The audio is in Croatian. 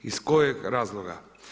Iz kojeg razloga?